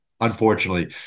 unfortunately